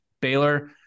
Baylor